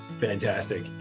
Fantastic